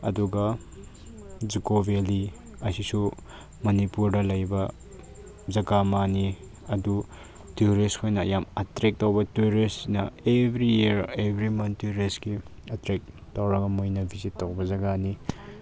ꯑꯗꯨꯒ ꯖꯨꯀꯣ ꯚꯦꯜꯂꯤ ꯑꯁꯤꯁꯨ ꯃꯅꯤꯄꯨꯔꯗ ꯂꯩꯕ ꯖꯒꯥ ꯑꯃꯅꯤ ꯑꯗꯨ ꯇ꯭ꯌꯨꯔꯤꯁꯈꯣꯏꯅ ꯌꯥꯝ ꯑꯇ꯭ꯔꯦꯛ ꯇꯧꯕ ꯇꯨꯔꯤꯁꯅ ꯑꯦꯕ꯭ꯔꯤ ꯏꯌꯔ ꯑꯦꯕ꯭ꯔꯤ ꯃꯟ ꯇꯨꯔꯤꯁꯀꯤ ꯑꯇ꯭ꯔꯦꯛ ꯇꯧꯔꯒ ꯃꯣꯏꯅ ꯚꯤꯖꯤꯠ ꯇꯧꯕ ꯖꯒꯥꯅꯤ